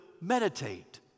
meditate